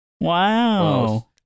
Wow